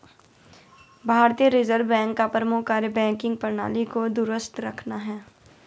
भारतीय reserve bank का प्रमुख कार्य बैंकिंग प्रणाली को दुरुस्त रखना है